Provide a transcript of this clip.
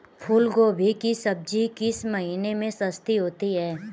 फूल गोभी की सब्जी किस महीने में सस्ती होती है?